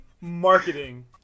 marketing